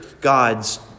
God's